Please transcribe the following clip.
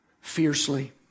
fiercely